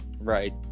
right